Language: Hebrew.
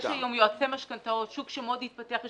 יש היום יועצי משכנתאות, שוק שמאוד התפתח.